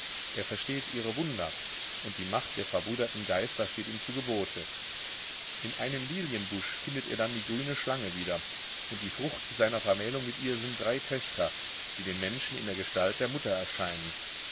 er versteht ihre wunder und die macht der verbrüderten geister steht ihm zu gebote in einem lilienbusch findet er dann die grüne schlange wieder und die frucht seiner vermählung mit ihr sind drei töchter die den menschen in der gestalt der mutter erscheinen